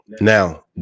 now